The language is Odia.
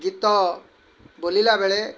ଗୀତ ବୋଲିଲା ବେଳେ